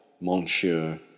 monsieur